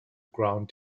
ground